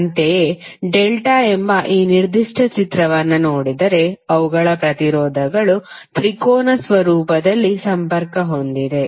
ಅಂತೆಯೇ ಡೆಲ್ಟಾ ಎಂಬ ಈ ನಿರ್ದಿಷ್ಟ ಚಿತ್ರವನ್ನು ನೋಡಿದರೆ ಅವುಗಳ ಪ್ರತಿರೋಧಗಳು ತ್ರಿಕೋನ ಸ್ವರೂಪದಲ್ಲಿ ಸಂಪರ್ಕ ಹೊಂದಿವೆ